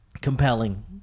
compelling